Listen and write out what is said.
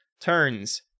Turns